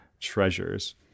treasures